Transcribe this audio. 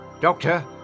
Doctor